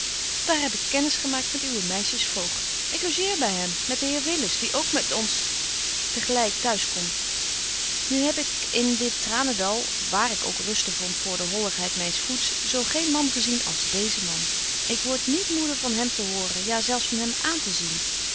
daar heb ik kennis gemaakt met uw meisjes voogd ik logeer by hem met den heer willis die met ons ook te gelyk t'huis komt nu heb ik in dit tranendal wààr ik ook ruste vond voor de holligheid myns voets zo geen man gezien als deezen man ik word niet moede van hem te horen ja zelf van hem aan te zien